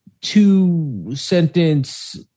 two-sentence